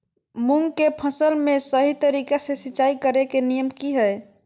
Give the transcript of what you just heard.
मूंग के फसल में सही तरीका से सिंचाई करें के नियम की हय?